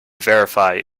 verify